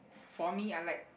for me I like